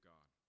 God